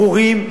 ברורים.